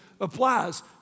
applies